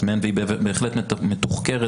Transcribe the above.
והיא בהחלט מתוחקרת